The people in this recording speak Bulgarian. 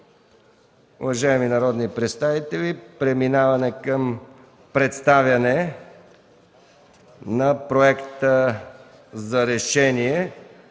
Уважаеми народни представители, преминаваме към представяне на Проекта за решение,